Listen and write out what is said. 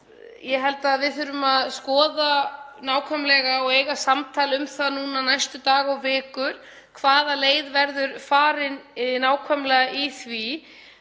Ég held að við þurfum að skoða nákvæmlega og eiga samtal um það nú næstu daga og vikur hvaða leið verður farin nákvæmlega í því